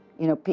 you know,